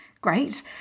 great